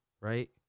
right